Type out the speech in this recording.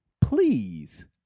please